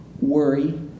worry